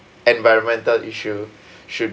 environmental issue should